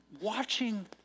watching